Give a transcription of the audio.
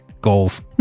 Goals